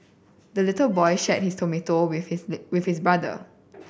the little boy shared his tomato with his with his brother